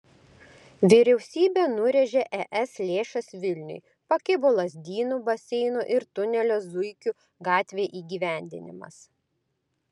vyriausybė nurėžė es lėšas vilniui pakibo lazdynų baseino ir tunelio zuikių gatvėje įgyvendinimas